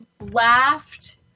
laughed